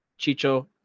Chicho